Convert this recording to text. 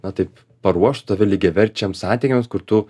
na taip paruošt tave lygiaverčiams santykiams kur tu